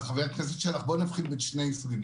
חבר הכנסת שלח, בוא נבחין בין שני סוגים.